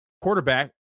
quarterback